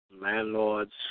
landlords